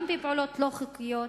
גם בפעולות לא חוקיות,